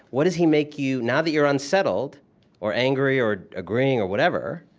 what does he make you now that you're unsettled or angry or agreeing or whatever,